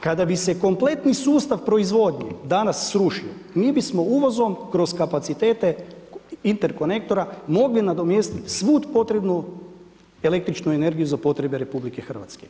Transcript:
Kada bi se kompletni sustav proizvodnje danas srušio mi bismo uvozom kroz kapacitete interkonektora mogli nadomjestiti svu potrebnu električnu energiju za potrebe RH.